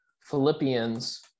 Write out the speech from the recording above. Philippians